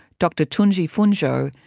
dr tunji funsho,